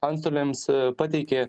antstoliams pateikė